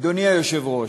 אדוני היושב-ראש,